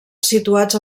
situats